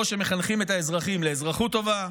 כשמחנכים את האזרחים לאזרחות טובה,